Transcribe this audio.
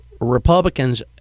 Republicans